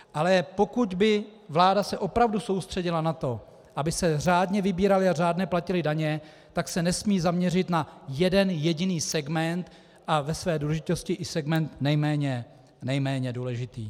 Ale pokud by se vláda opravdu soustředila na to, aby se řádně vybíraly a platily daně, tak se nesmí zaměřit na jeden jediný segment a ve své důležitosti i segment nejméně důležitý.